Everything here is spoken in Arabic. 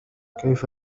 كيف